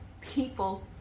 people